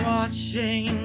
Watching